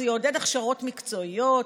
זה יעודד הכשרות מקצועיות,